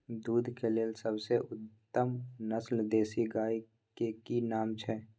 दूध के लेल सबसे उत्तम नस्ल देसी गाय के की नाम छै?